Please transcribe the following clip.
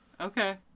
Okay